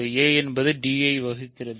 a என்பது d ஐ வகிக்கிறது